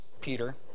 Peter